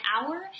hour